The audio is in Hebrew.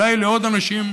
אולי לעוד אנשים